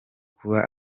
kuba